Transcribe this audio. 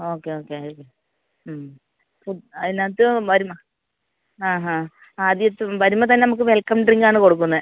okay okay അതിന് ഫു അതിനകത്ത് വരുന്ന ആ ഹാ ആദ്യത്തെ വരുമ്പം തന്നെ നമുക്ക് വെൽക്കം ഡ്രിങ്ക് ആണ് കൊടുക്കുന്നത്